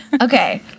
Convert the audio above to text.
Okay